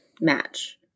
match